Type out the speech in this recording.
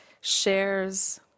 shares